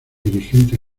dirigente